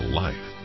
life